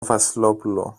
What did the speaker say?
βασιλόπουλο